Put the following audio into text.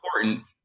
important